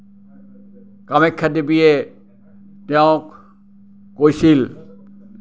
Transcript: কামাখ্যা দেৱীয়ে তেওঁক কৈছিল